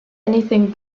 anything